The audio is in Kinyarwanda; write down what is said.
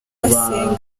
basenga